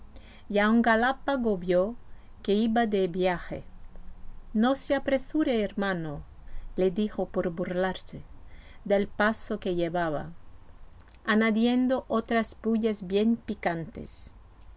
y a un galápago vió que iba de viaje no se apresure hermano le dijo por burlarse del paso que llevaba añadiendo otras pullas bien picantes